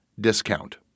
discount